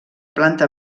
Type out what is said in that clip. planta